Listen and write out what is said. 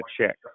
check